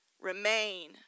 remain